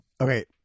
Okay